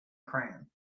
crayon